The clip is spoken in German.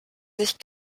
sich